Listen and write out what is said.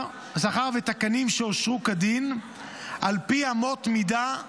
ותקנים שאושרו כדין על פי אמות מידה שוויוניות.